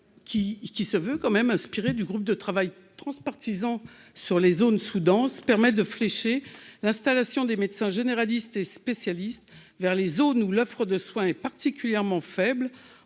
inspiré des propositions du groupe de travail transpartisan sur les zones sous-denses vise à flécher l'installation des médecins généralistes et spécialistes vers les zones où l'offre de soins est particulièrement faible